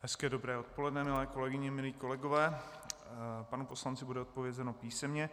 Hezké dobré odpoledne, milé kolegyně, milí kolegové, panu poslanci bude odpovězeno písemně.